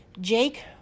Jake